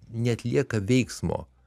neatlieka veiksmo